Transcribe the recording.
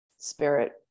spirit